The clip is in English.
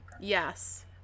Yes